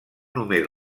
només